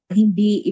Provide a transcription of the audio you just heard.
hindi